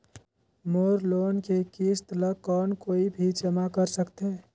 मोर loan के किस्त ल कौन कोई भी जमा कर सकथे?